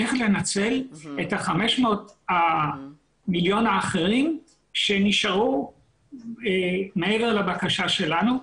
איך לנצל את ה-500,000,000 האחרים שנשארו מעבר לבקשה שלנו,